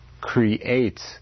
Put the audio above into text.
creates